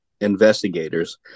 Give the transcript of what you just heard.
investigators